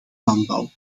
landbouw